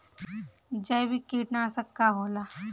जैविक कीटनाशक का होला?